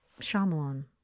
Shyamalan